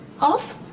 off